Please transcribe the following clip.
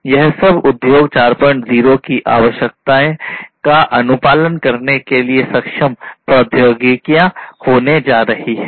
इसलिए यह सब उद्योग 40 की आवश्यकताएँ का अनुपालन करने के लिए सक्षम प्रौद्योगिकियां होने जा रही हैं